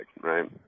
right